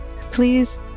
please